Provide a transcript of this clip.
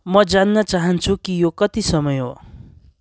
म जान्न चाहन्छु कि यो कति समय हो